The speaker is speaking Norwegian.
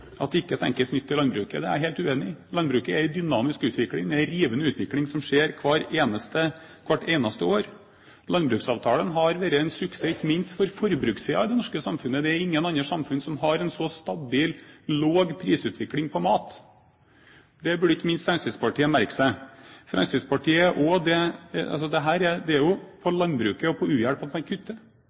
At det ikke tenkes nytt i landbruket, er jeg helt uenig i. Landbruket er i dynamisk utvikling. Det er en rivende utvikling som skjer hvert eneste år. Landbruksavtalen har vært en suksess, ikke minst for forbrukssiden i det norske samfunnet. Det er ingen andre samfunn som har en så stabil lav prisutvikling på mat. Det burde ikke minst Fremskrittspartiet merke seg – det er jo i landbruket og i u-hjelpen man kutter.